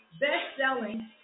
best-selling